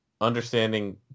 understanding